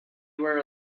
were